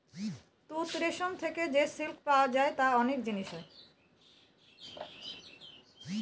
তুত রেশম থেকে যে সিল্ক পাওয়া যায় তার অনেক জিনিস হয়